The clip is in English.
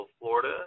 Florida